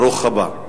ברוך הבא.